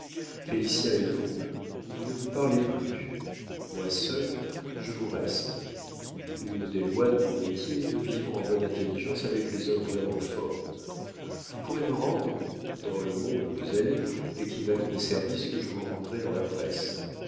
félicien et vous vous ne vous parlez plus moi seul je vous reste une des lois de mon métier est de vivre en bonne intelligence avec les hommes vraiment forts vous pourrez me rendre dans le monde où vous allez l'équivalent des services que je vous rendrai dans la presse